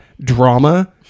drama